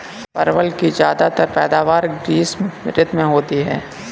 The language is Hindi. परवल की ज्यादातर पैदावार ग्रीष्म ऋतु में होती है